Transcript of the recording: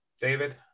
David